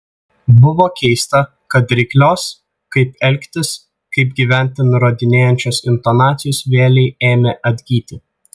buvo keista kad reiklios kaip elgtis kaip gyventi nurodinėjančios intonacijos vėlei ėmė atgyti